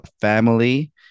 family